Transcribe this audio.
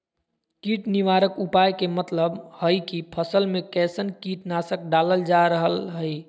कीट निवारक उपाय के मतलव हई की फसल में कैसन कीट नाशक डालल जा रहल हई